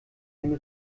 den